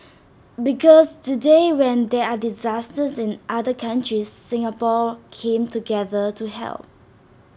because today when there are disasters in other countries Singapore came together to help